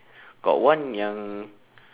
got one yang